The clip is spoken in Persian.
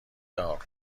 دار